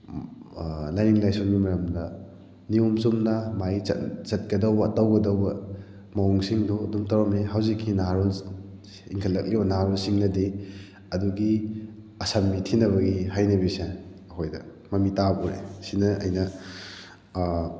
ꯂꯥꯏꯅꯤꯡ ꯂꯥꯏꯁꯣꯟꯒꯤ ꯃꯔꯝꯗ ꯅꯤꯌꯣꯝ ꯆꯨꯝꯅ ꯃꯥꯒꯤ ꯆꯠꯀꯗꯧꯕ ꯇꯧꯒꯗꯧꯕ ꯃꯑꯣꯡꯁꯤꯡꯗꯨ ꯑꯗꯨꯝ ꯇꯧꯔꯝꯏ ꯍꯧꯖꯤꯛꯀꯤ ꯅꯍꯥꯔꯣꯟ ꯏꯟꯈꯠꯂꯛꯂꯤꯕ ꯅꯍꯥꯔꯣꯟꯁꯤꯡꯅꯗꯤ ꯑꯗꯨꯒꯤ ꯑꯁꯝꯕ ꯊꯤꯅꯕꯒꯤ ꯍꯩꯅꯕꯤꯁꯦ ꯑꯩꯈꯣꯏꯗ ꯃꯃꯤ ꯇꯥꯕ ꯎꯏ ꯁꯤꯅ ꯑꯩꯅ